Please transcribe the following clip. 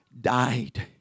died